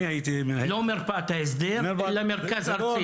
לא מרפאת ההסדר אלא מרכז ארצי.